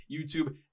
YouTube